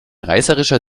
reißerischer